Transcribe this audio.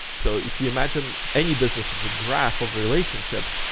so if you imagine any business as a graph of relationships,